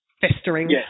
festering